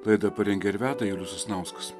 laidą parengia ir veda julius sasnauskas